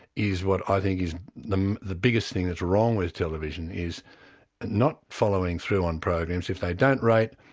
is what i think is the um the biggest thing that's wrong with television, is not following through on programs, if they don't rate,